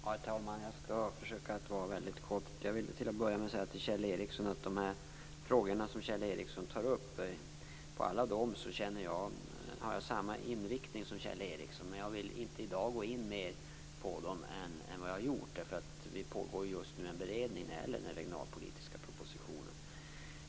Herr talman! Jag skall försöka vara mycket kortfattad. Jag vill till att börja med säga till Kjell Ericsson att jag har samma inriktning som han i alla de frågor som han tar upp. Jag vill dock i dag inte gå längre in på dem än vad jag har gjort, eftersom det just nu pågår en beredning av den regionalpolitiska propositionen.